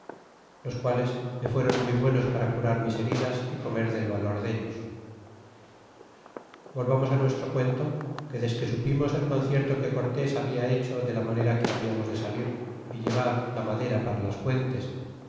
los quales me fueron muy buenos para curar mis heridas y comer del valor dellos volvamos nuestro cuento que desque supimos el concierto que cortés habla hecho de la manera que hablamos de salir y llevar la madera para las puentes